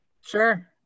Sure